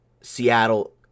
Seattle